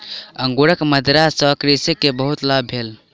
अंगूरक मदिरा सॅ कृषक के बहुत लाभ भेल